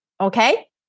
okay